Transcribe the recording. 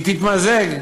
תתמזג,